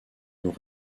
nous